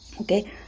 Okay